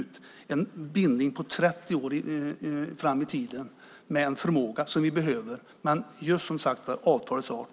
Det är en bindning 30 år fram i tiden av en förmåga som vi behöver. Det gäller just avtalets art.